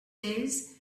days